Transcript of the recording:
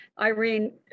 Irene